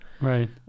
Right